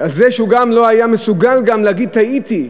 לזה שהוא לא היה מסוגל גם להגיד: טעיתי,